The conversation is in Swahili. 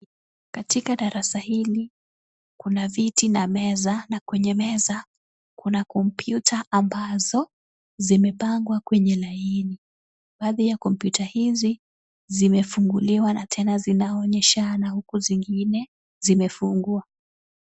Katika darasa hili kuna viti na meza na kwenye meza kuna computer ambazo zimepangwa kwenye laini. Baadhi ya computer hizi zimefunguliwa na tena zinaonyesha na huku zingine zimefungwa.